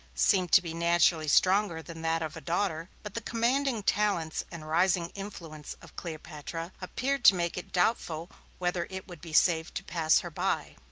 seemed to be naturally stronger than that of a daughter but the commanding talents and rising influence of cleopatra appeared to make it doubtful whether it would be safe to pass her by.